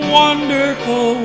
wonderful